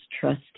trust